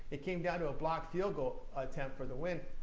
it came down to a blocked field goal attempt for the win.